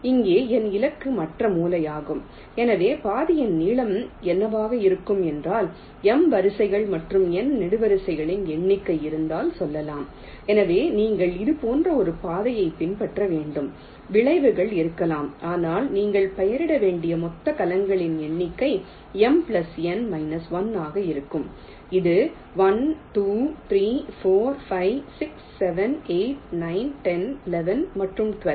இங்கே என் இலக்கு மற்ற மூலையாகும் எனவே பாதையின் நீளம் என்னவாக இருக்கும் என்றால் M வரிசைகள் மற்றும் N நெடுவரிசைகளின் எண்ணிக்கை இருந்தால் சொல்லலாம் எனவே நீங்கள் இது போன்ற ஒரு பாதையை பின்பற்ற வேண்டும் வளைவுகள் இருக்கலாம் ஆனால் நீங்கள் பெயரிட வேண்டிய மொத்த கலங்களின் எண்ணிக்கை M N 1 ஆக இருக்கும் இது 1 2 3 4 5 6 7 8 9 10 11 மற்றும் 12